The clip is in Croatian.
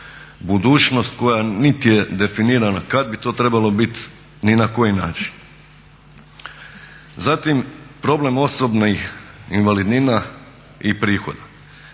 budućnost koja niti je definirana kada bi to trebalo biti, ni na koji način. Zatim problem osobnih invalidnina i prihoda.